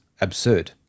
absurd